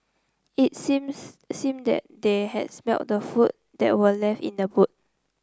it seems seemed that they had smelt the food that were left in the boot